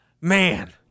man